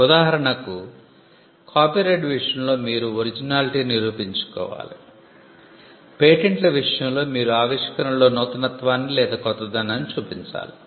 ఉదాహరణకు కాపీరైట్ విషయంలో మీరు ఒరిజినాలిటీ నిరూపించుకోవాలి పేటెంట్ల విషయంలో మీరు ఆవిష్కరణలో నూతనత్వాన్ని లేదా కొత్తదనాన్ని చూపించాలి